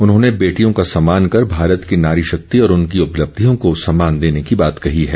उन्होंने बेटियों का सम्मान कर भारत की नारी शक्ति और उनकी उपब्धियों को सम्मान देने की बात कही है